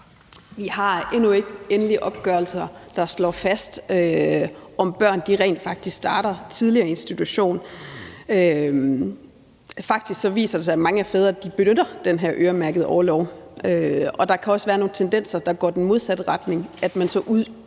Vi har endnu ikke endelige opgørelser, der slår fast, om børn rent faktisk starter tidligere i institution. Faktisk viser det sig, at mange fædre benytter den her øremærkede orlov, og der kan også være nogle tendenser, der går den modsatte retning, og at man så i